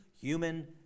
human